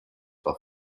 for